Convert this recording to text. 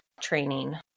training